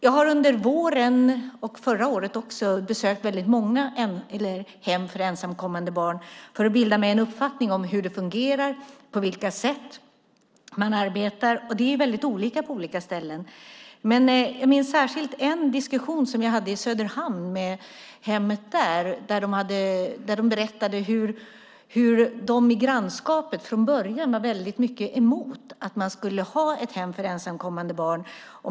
Jag har under våren och förra året också besökt många hem för ensamkommande barn för att bilda mig en uppfattning om hur det fungerar, på vilka sätt man arbetar. Det är olika på olika ställen. Jag minns särskilt en diskussion som jag hade i Söderhamn med hemmet där. Där berättade de hur de i grannskapet från början var mycket emot att man skulle ha ett hem för ensamkommande barn.